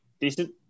decent